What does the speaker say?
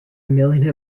million